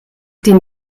den